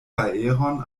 aeron